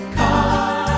come